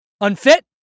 Unfit